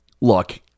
Look